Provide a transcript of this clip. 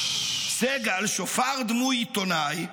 סגל, שופר דמוי עיתונאי,